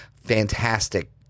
Fantastic